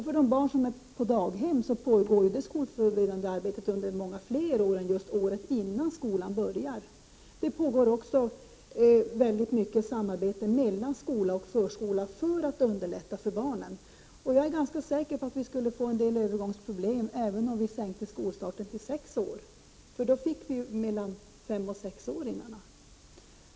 För de barn som är på daghem pågår detta skolförberedande arbete under många fler år än just året innan skolan börjar. Det pågår också mycket samarbete mellan skola och förskola för att underlätta för barnen. Jag är ganska säker på att vi skulle få en del övergångsproblem även om vi sänkte skolstarten till 6 år, för då fick vi ju motsvarande problem mellan femoch sexåringarna.